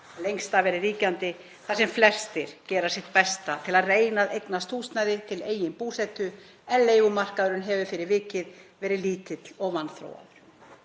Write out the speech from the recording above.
lengst af verið ríkjandi þar sem flestir gera sitt besta til að reyna að eignast húsnæði til eigin búsetu, en leigumarkaðurinn hefur fyrir vikið verið lítill og vanþróaður.